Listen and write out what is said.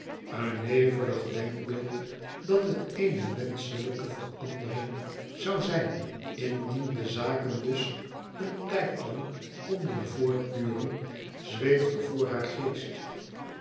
een nevelig denkbeeld dat het ene wenschelijke verandering zou zijn indien de zaken dus een tijdlang konden voortduren zweeft er voor haar geest